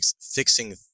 fixing